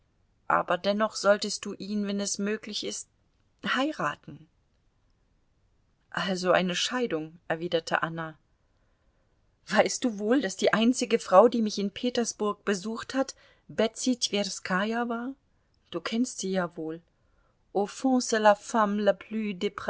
aber dennoch solltest du ihn wenn es möglich ist heiraten also eine scheidung erwiderte anna weißt du wohl daß die einzige frau die mich in petersburg besucht hat betsy twerskaja war du kennst sie ja wohl